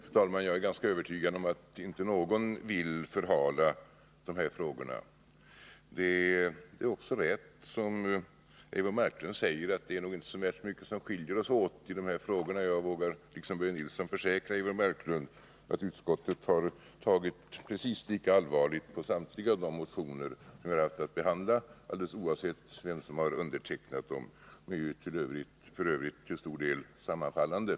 Fru talman! Jag är ganska övertygad om att ingen vill förhala de här frågornas lösning. Det är också riktigt som Eivor Marklund säger, att det nog inte är så värst mycket som skiljer oss åt i de här frågorna. Jag vågar liksom Börje Nilsson försäkra Eivor Marklund att vi i utskottet har tagit precis lika allvarligt på samtliga de motioner som vi haft att behandla, oavsett vilka som har undertecknat dem — de är f. ö. till stor del sammanfallande.